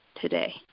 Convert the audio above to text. today